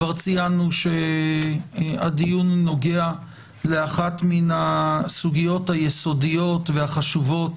הדיון נוגע לאחת מן הסוגיות היסודיות והחשובות